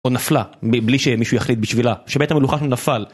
או נפלה, בלי שמישהו יחליט בשבילה. שבית המלוכה שם נפל.